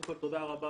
תודה רבה